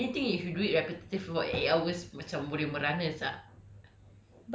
actually a lot of things sia anything if you do it repetitive for eight hours macam boleh merana sia